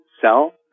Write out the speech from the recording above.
sell